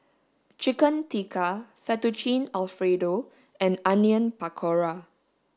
chicken tikka fettuccine alfredo and onion pakora